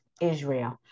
Israel